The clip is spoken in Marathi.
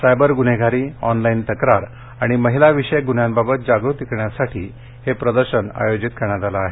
सायबर गुन्हेगारी ऑनलाईन तक्रार आणि महिला विषयक ग्न्ह्यांवाबत जागृती करण्यासाठी हे प्रदर्शन आयोजित करण्यात आलं आहे